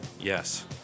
Yes